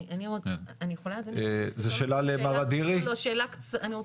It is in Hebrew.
אני רוצה לשאול שאלה קצרה.